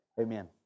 Amen